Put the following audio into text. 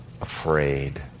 afraid